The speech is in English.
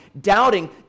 doubting